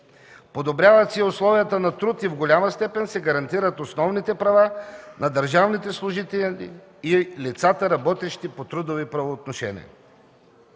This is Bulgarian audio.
Подобряват се и условията на труд, в голяма степен се гарантират основните права на държавните служители и лицата, работещи по трудово правоотношение.